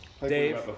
Dave